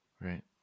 Right